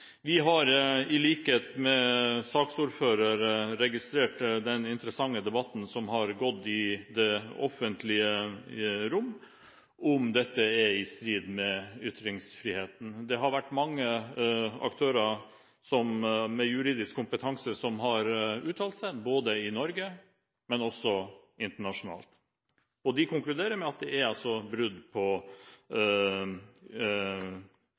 Vi har i likhet med saksordføreren registrert den interessante debatten som har gått i det offentlige rom om hvorvidt dette er i strid med ytringsfriheten. Det har vært mange aktører med juridisk kompetanse som har uttalt seg, både i Norge og også internasjonalt, og de konkluderer med at det er et brudd på